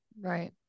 right